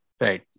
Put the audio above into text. Right